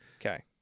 Okay